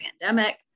pandemic